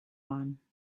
one